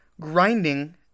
grinding